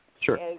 Sure